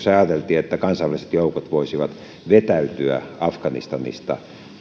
ajateltiin että kansainväliset joukot voisivat vetäytyä afganistanista